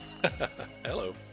Hello